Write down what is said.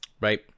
Right